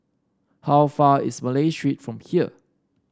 how far is Malay Street from here